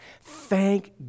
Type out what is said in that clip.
Thank